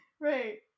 Right